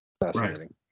fascinating